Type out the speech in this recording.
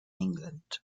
england